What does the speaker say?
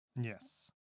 Yes